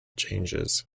changes